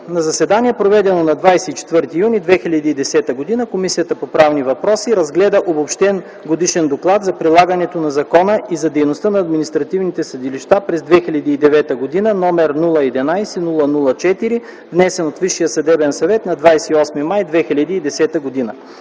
На заседание, проведено на 24 юни 2010 г. Комисията по правни въпроси разгледа обобщен годишен доклад за прилагането на закона и за дейността на административните съдилища през 2009 г., № 011-00-4, внесен от Висшия съдебен съвет на 28 май 2010 г.